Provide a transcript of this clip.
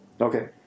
Okay